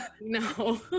No